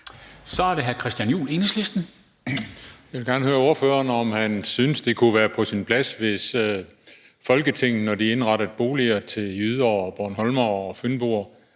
Kl. 14:29 Christian Juhl (EL): Jeg vil gerne høre ordføreren, om han synes, det kunne være på sin plads, hvis Folketinget, når de indrettede boliger til jyder, bornholmere og fynboer,